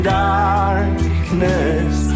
darkness